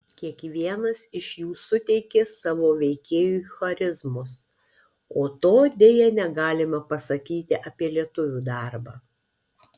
kiekvienas iš jų suteikė savo veikėjui charizmos o to deja negalima pasakyti apie lietuvių darbą